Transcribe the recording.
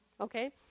Okay